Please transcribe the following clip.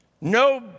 No